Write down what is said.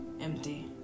empty